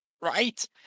right